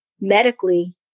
medically